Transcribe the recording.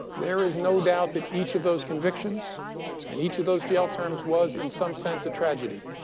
there is no doubt that each of those convictions and each of those jail terms was, in some sense, a tragedy.